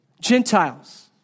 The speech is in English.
Gentiles